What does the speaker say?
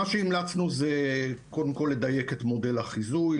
מה שהמלצנו זה קודם כול לדייק את מודל החיזוי,